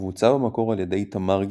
ובוצע במקור על ידי תמר גלעדי.